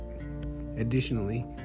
Additionally